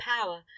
power